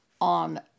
on